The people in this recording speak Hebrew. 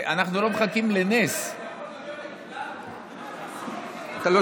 שאנחנו לא מחכים לנס, שטרן, אתה יכול לדבר לכולם?